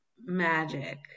magic